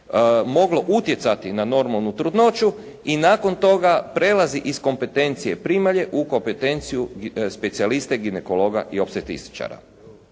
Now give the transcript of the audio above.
moglo utjecati na normalnu trudnoću i nakon toga prelazi iz kompetencije primalje u kompetenciju specijaliste ginekologa i opstretičara.